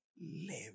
live